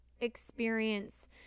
experience